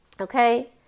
okay